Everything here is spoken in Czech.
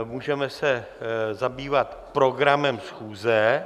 Můžeme se zabývat programem schůze.